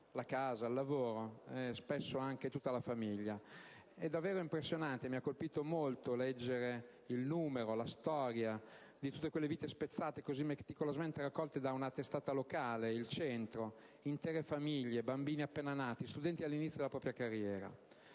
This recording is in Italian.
la casa, il lavoro e spesso anche la famiglia. È davvero impressionante (mi ha colpito molto) leggere la storia di tutte quelle vite spezzate, così meticolosamente raccolte da una testata locale «Il Centro»: intere famiglie, bambini appena nati, studenti all'inizio della propria carriera.